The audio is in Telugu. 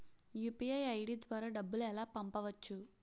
యు.పి.ఐ ఐ.డి ద్వారా డబ్బులు ఎలా పంపవచ్చు?